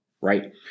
Right